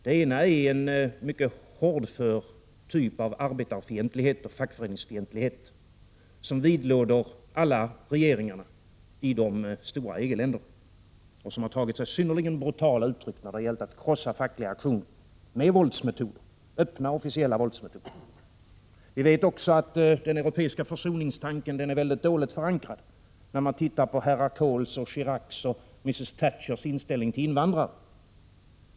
Det ena är en mycket hårdför typ av arbetarfientlighet och fackföreningsfientlighet som vidlåder alla regeringarna i de stora EG-länderna. Detta har tagit sig synnerliga brutala uttryck när det gäller att krossa fackliga aktioner med våldsmetoder, öppna officiella våldsmetoder. Vi ser också att den europeiska försoningstanken är mycket dåligt förankrad när man tittar på herrar Kohls och Chiracs samt Mrs Thatchers inställning till invandrare.